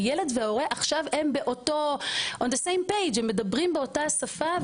הילד וההורה עכשיו הם מדברים באותה שפה,